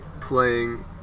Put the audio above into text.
playing